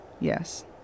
Yes